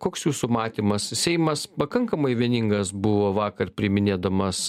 koks jūsų matymas seimas pakankamai vieningas buvo vakar priiminėdamas